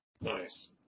Nice